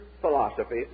philosophy